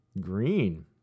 Green